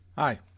Hi